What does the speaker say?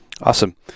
Awesome